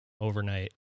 overnight